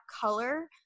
color